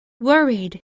worried